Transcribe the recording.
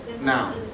Now